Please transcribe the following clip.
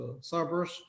servers